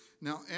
Now